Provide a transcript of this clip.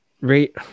right